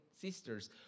sisters